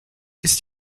ist